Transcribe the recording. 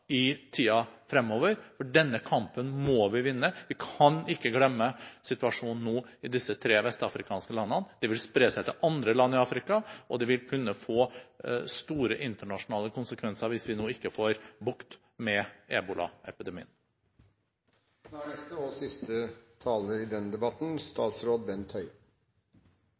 i tiden fremover, for denne kampen må vi vinne. Vi kan ikke glemme situasjonen nå i disse tre vestafrikanske landene. Det vil spre seg til andre land i Afrika, og det vil kunne få store internasjonale konsekvenser hvis vi nå ikke får bukt med ebolaepidemien. Jeg vil takke Stortinget for tilbakemeldingene på redegjørelsen, og